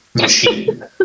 Machine